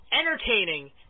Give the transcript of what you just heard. entertaining